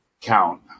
count